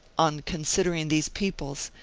on considering these peoples,